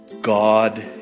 God